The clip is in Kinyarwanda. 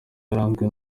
yaranzwe